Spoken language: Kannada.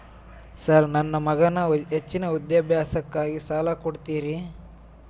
ಸರ್ ನನ್ನ ಮಗನ ಹೆಚ್ಚಿನ ವಿದ್ಯಾಭ್ಯಾಸಕ್ಕಾಗಿ ಸಾಲ ಕೊಡ್ತಿರಿ?